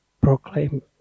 proclaim